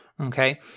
okay